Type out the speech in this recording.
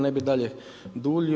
Ne bih dalje duljio.